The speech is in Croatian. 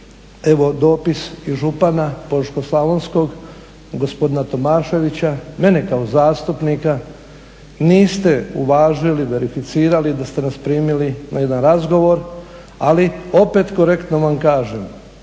evo dopis i župana Požeško-slavonskog gospodina Tomaševića, mene kao zastupnika niste uvažili i verificirali da ste nas primili na jedan razgovora, ali opet korektno vam kažem